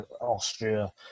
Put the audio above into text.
Austria